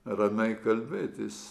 ramiai kalbėtis